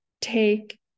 take